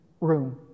room